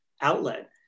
outlet